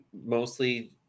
mostly